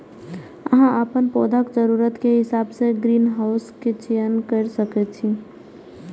अहां अपन पौधाक जरूरत के हिसाब सं ग्रीनहाउस के चयन कैर सकै छी